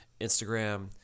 Instagram